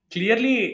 Clearly